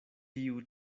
tiu